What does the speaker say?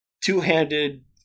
two-handed